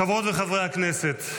חברות וחברי הכנסת,